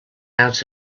out